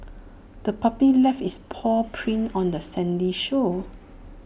the puppy left its paw prints on the sandy shore